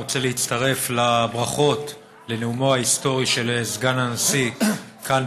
רוצה להצטרף לברכות על נאומו ההיסטורי של סגן הנשיא כאן,